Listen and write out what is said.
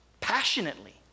passionately